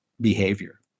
Behavior